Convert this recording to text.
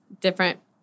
different